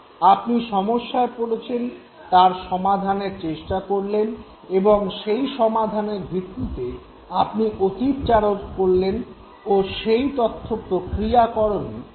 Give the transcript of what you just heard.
আপনি সমস্যায় পড়েছেন তার সমাধানের চেষ্টা করলেন এবং সেই সমাধানের ভিত্তিতে আপনি অতীতচারণ করলেন ও সেই তথ্য প্রক্রিয়াকরণ লক্ষ্য করলেন